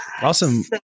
awesome